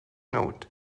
note